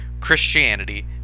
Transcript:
Christianity